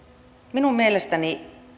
minun mielestäni